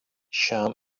šiam